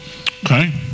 okay